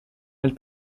elle